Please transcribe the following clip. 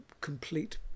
complete